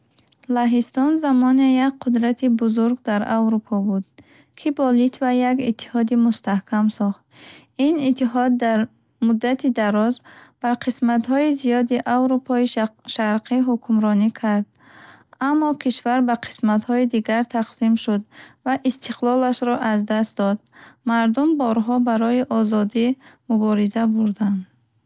Лаҳистон замоне як қудрати бузург дар Аврупо буд, ки бо Литва як иттиҳоди мустаҳкам сохт. Ин иттиҳод дар муддати дароз бар қисматҳои зиёди Аврупои шақ Шарқӣ ҳукмронӣ кард. Аммо кишвар ба қисматҳои дигар тақсим шуд ва истиқлолашро аз даст дод. Мардум борҳо барои озодӣ мубориза бурданд.